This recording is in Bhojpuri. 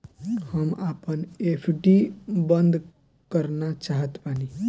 हम आपन एफ.डी बंद करना चाहत बानी